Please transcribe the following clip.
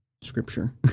Scripture